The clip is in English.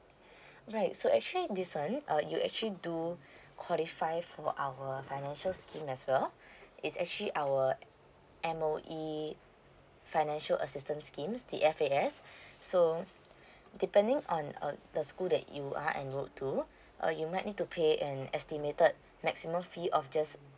right so actually this one uh you actually do qualify for our financial scheme as well it's actually our M_O_E financial assistance schemes the F_A_S so depending on uh the school that you are enrolled to uh you might need to pay an estimated maximum fee of just